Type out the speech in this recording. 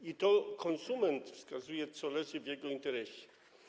I to konsument wskazuje, co leży w jego interesie.